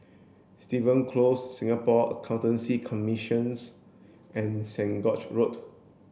Stevens Close Singapore Accountancy Commission and Saint George Road